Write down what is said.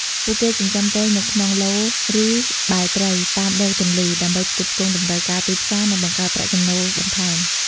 ពួកគេចិញ្ចឹមត្រីនៅក្នុង ឡូត៍ ឬបែរត្រី តាមដងទន្លេ ដើម្បីផ្គត់ផ្គង់តម្រូវការទីផ្សារ និងបង្កើនប្រាក់ចំណូលបន្ថែម។